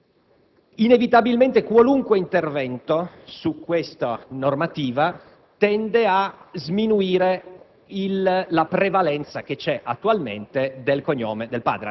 Allora, credo che dobbiamo essere veramente molto cauti in questo tipo di leggi. E aggiungo un punto: